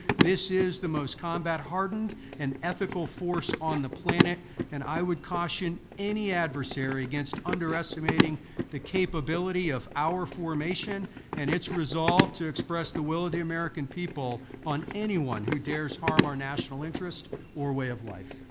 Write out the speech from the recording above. this is the most combat hardened and ethical force on the planet and i would caution any adversary against underestimating the capability of our formation and its resolve to express the will of the american people on anyone who dares harm our national interests or way of life.